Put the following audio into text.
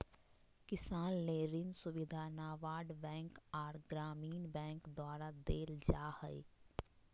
किसान ले ऋण सुविधा नाबार्ड बैंक आर ग्रामीण बैंक द्वारा देल जा हय